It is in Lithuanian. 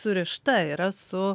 surišta yra su